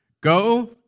Go